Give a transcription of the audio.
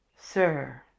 sir